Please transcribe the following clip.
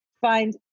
find